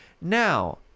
Now